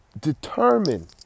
determine